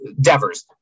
Devers